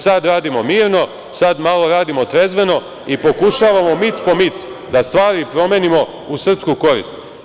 Sad radimo mirno, sad malo radimo trezveno i pokušavamo mic po mic da stvari promenimo u srpsku korist.